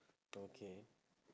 okay